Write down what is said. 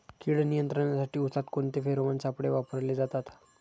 कीड नियंत्रणासाठी उसात कोणते फेरोमोन सापळे वापरले जातात?